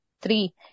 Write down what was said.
three